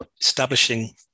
establishing